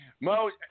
Mo